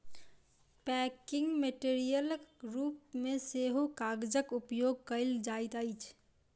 packing मेटेरियलक रूप मे सेहो कागजक उपयोग कयल जाइत अछि